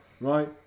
right